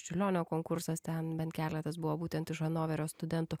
čiurlionio konkursas ten bent keletas buvo būtent iš hanoverio studentų